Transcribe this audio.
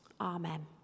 Amen